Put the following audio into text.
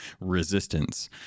Resistance